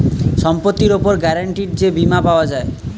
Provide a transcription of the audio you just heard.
সম্পত্তির উপর গ্যারান্টিড যে বীমা পাওয়া যায়